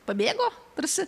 pabėgo tarsi